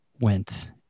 went